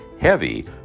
heavy